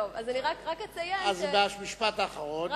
משפט אחרון.